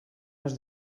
les